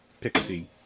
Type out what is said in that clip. pixie